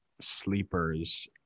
sleepers